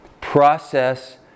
Process